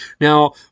Now